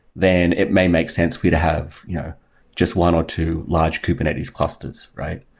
then it may make sense for you to have you know just one or two large kubernetes clusters, right?